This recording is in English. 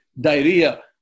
diarrhea